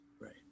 Right